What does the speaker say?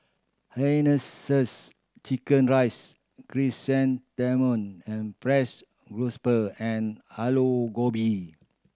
hainanese chicken rice chrysanthemum and frieds and Aloo Gobi